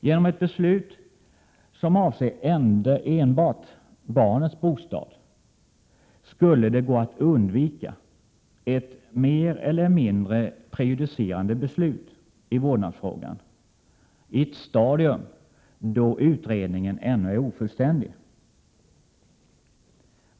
Genom ett beslut som avser enbart barnets bostad skulle det gå att undvika ett mer eller mindre prejudicerande beslut i vårdnadsfrågan på ett stadium då utredningen ännu är ofullständig.